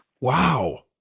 Wow